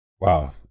Wow